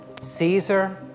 Caesar